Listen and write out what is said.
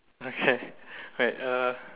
okay wait uh